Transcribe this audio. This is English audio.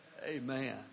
Amen